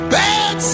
bad